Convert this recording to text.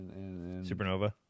Supernova